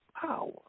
power